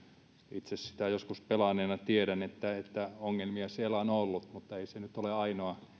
itse sitä joskus pelanneena tiedän että ongelmia siellä on ollut mutta ei se nyt ole ainoa